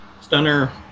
stunner